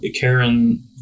Karen